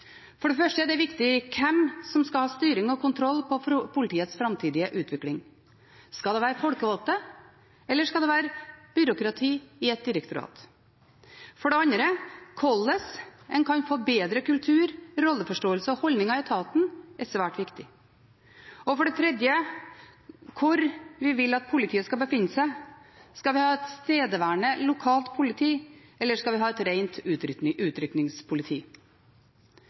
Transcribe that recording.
For det første: Det er viktig hvem som skal ha styring og kontroll med politiets framtidige utvikling. Skal det være folkevalgte, eller skal det være byråkrati i et direktorat? For det andre: Hvordan en kan få bedre kultur, rolleforståelse og holdninger i etaten, er svært viktig. For det tredje: Hvor vi vil at politiet skal befinne seg. Skal vi ha et tilstedeværende, lokalt politi, eller skal vi ha et rent utrykningspoliti?